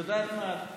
את יודעת מה,